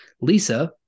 Lisa